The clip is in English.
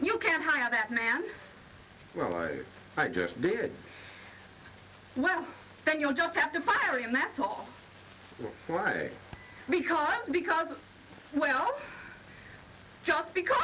you can have that man well i just did it well then you'll just have to fire him that's all right because because well just because